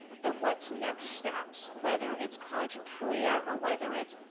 the what's next steps, whether it's college and career, or whether it's,